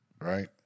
right